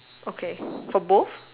okay for both